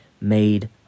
made